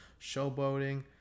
showboating